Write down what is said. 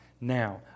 now